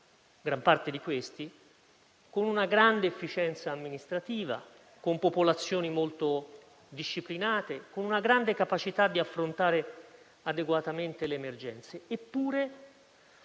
la fama di Stati con una grande efficienza amministrativa, con popolazioni molto disciplinate e con una grande capacità di affrontare adeguatamente le emergenze. Eppure,